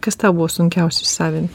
kas tau buvo sunkiausia įsisavint